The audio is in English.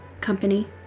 company